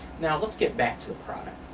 yeah let's get back to the product.